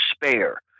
despair